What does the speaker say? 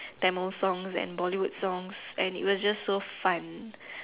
Tamil songs and Bollywood songs and it was just so fun